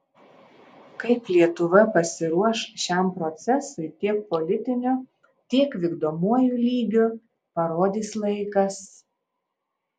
kaip lietuva pasiruoš šiam procesui tiek politiniu tiek vykdomuoju lygiu parodys laikas